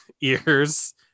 ears